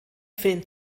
film